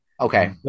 Okay